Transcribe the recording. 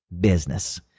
business